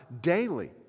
daily